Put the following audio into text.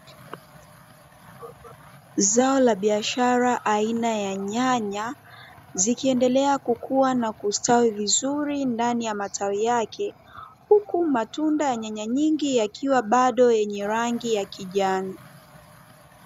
Zao la biashara aina ya nyanya zikiendelea kukua na kustawi vizuri ndani ya matawi yake, huku matunda ya nyanya nyingi yakiwa bado yenye rangi ya kijani.